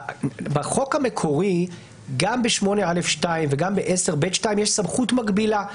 בחוק המקורי גם בסעיף 8(א)(2) וגם בסעיף 10(ב)(2) יש סמכות מקבילה.